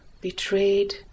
betrayed